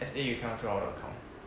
S_A you cannot draw out of the account